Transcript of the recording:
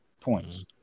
points